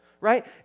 right